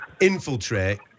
infiltrate